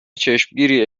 چشمگیری